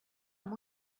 amb